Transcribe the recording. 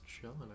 chilling